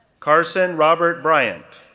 carson robert bryant,